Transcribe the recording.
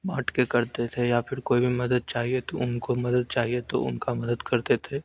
बाँट कर करते थे या फिर कोई भी मदद चाहिए तो उनका मदद चाहिए तो उनका मदत करते थे